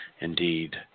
indeed